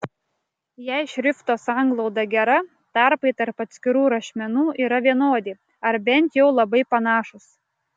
jei šrifto sanglauda gera tarpai tarp atskirų rašmenų yra vienodi ar bent jau labai panašūs